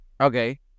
Okay